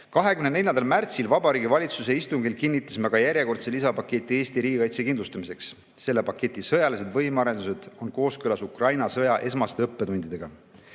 24. märtsil Vabariigi Valitsuse istungil kinnitasime järjekordse lisapaketi Eesti riigikaitse kindlustamiseks. Selle paketi sõjalised võimearendused on kooskõlas Ukraina sõja esmaste õppetundidega.